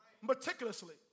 meticulously